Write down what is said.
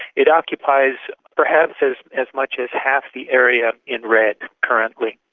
it occupies perhaps as as much as half the area in redd currently.